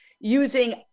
using